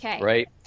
Right